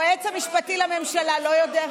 את זה היועץ המשפטי לממשלה לא יודע?